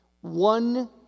one